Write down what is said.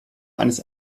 eines